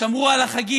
שמרו על החגים,